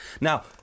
Now